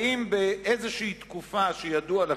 האם בתקופה שידוע לך,